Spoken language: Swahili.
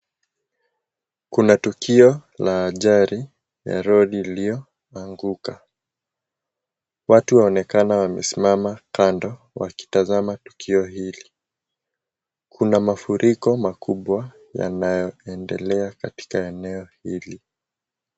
Kuna tukio la ajali ya Lori iliyoanguka. Watu waonekana wamesimama kando wakitazama tukio hili. Kuna mafuriko makubwa ambayo unaendelea katika eneo hili.